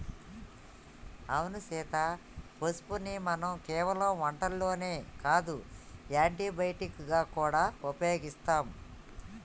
అవును సీత పసుపుని మనం కేవలం వంటల్లోనే కాదు యాంటీ బయటిక్ గా గూడా ఉపయోగిస్తాం